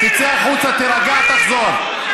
צבועים, תצא החוצה, תירגע, תחזור.